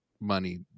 money